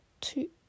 two